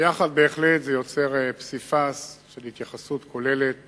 ביחד זה יוצר פסיפס של התייחסות כוללת